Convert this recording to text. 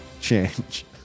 change